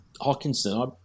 Hawkinson